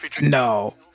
No